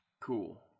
cool